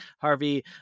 Harvey